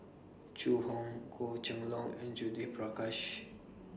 Zhu Hong Goh Kheng Long and Judith Prakash